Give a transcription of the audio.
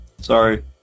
Sorry